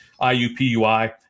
IUPUI